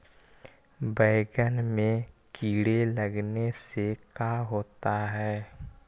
बैंगन में कीड़े लगने से का होता है?